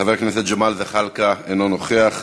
מוותר, חבר הכנסת ג'מאל זחאלקה, אינו נוכח,